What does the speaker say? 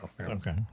Okay